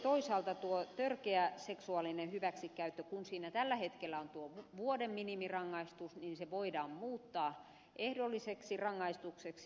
toisaalta törkeässä seksuaalisessa hyväksikäytössä jossa tällä hetkellä on vuoden minimirangaistus se voidaan muuttaa ehdolliseksi rangaistukseksi